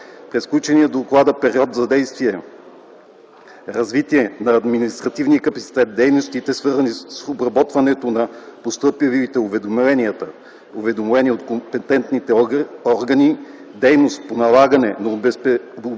през включения в доклада период на действие – развитие на административния капацитет, дейност, свързана с обработване на постъпилите уведомления от компетентните органи, дейност по налагане на обезпечителни